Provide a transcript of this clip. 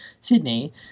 Sydney